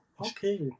okay